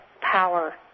power